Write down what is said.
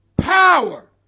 Power